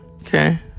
Okay